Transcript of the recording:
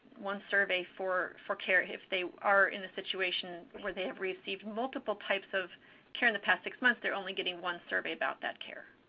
survey for for care. if they are in a situation where they have received multiple types of care in the past six months, they're only getting one survey about that care.